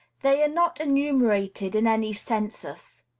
they are not enumerated in any census.